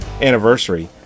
anniversary